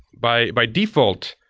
by by default,